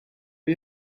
you